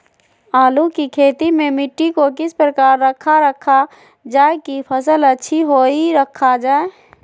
आलू की खेती में मिट्टी को किस प्रकार रखा रखा जाए की फसल अच्छी होई रखा जाए?